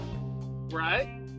right